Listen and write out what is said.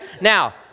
Now